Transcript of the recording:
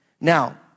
Now